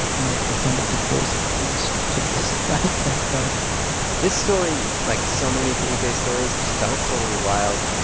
and i pretended to close it. i just took this flashback back this story, like so many of felipe's stories, just felt totally wild.